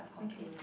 okay